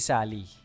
Sally